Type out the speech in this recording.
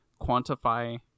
quantify